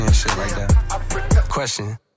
Question